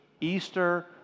Easter